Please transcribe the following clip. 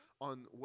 on